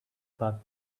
path